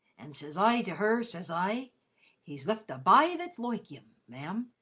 and ses i to her, ses i he's lift a bye that's loike him, ma'am,